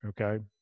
Okay